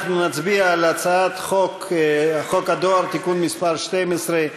אנחנו נצביע על הצעת חוק הדואר (תיקון מס' 12),